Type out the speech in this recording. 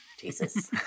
Jesus